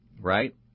right